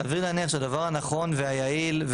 סביר להניח שהדבר הנכון והיעיל,